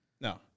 No